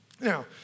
Now